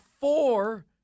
four